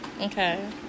Okay